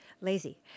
lazy